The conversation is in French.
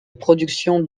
production